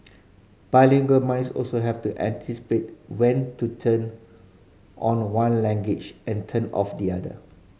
bilingual minds also have to anticipate when to turn on one language and turn off the other